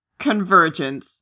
Convergence